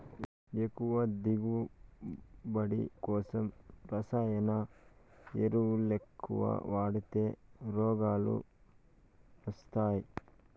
ఎక్కువ దిగువబడి కోసం రసాయన ఎరువులెక్కవ వాడితే రోగాలు వస్తయ్యి